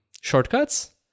shortcuts